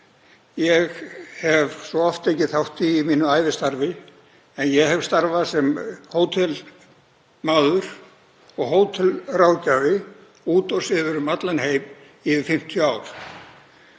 ég hef svo oft tekið þátt í í mínu ævistarfi, en ég hef starfað sem hótelmaður og hótelráðgjafi út og suður um allan heim í meira en 50 ár.